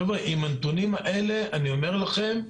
חבר'ה, עם הנתונים האלה, אני אומר לכם,